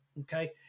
Okay